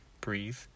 breathe